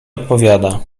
odpowiada